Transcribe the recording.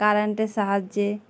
কারেন্টের সাহায্যে